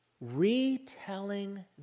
retelling